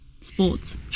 sports